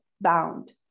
bound